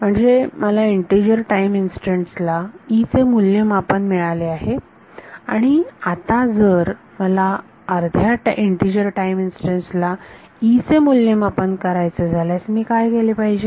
म्हणजे मला integer time instants ला E चे मूल्यमापन मिळाले आहे आणि आता जर मला अर्ध्या इन्टिजर टाईम इन्स्टंटसला E चे मूल्यमापन करायचं झाल्यास मी काय केले पाहिजे